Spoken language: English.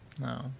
No